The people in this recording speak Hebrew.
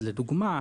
לדוגמה,